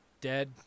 dead